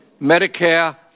medicare